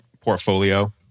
portfolio